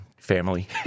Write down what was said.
Family